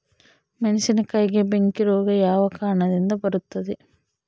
ಮೆಣಸಿನಕಾಯಿಗೆ ಬೆಂಕಿ ರೋಗ ಯಾವ ಕಾರಣದಿಂದ ಬರುತ್ತದೆ?